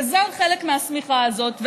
גזר חלק מהשמיכה הזאת,